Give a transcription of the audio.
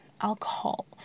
alcohol